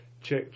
Check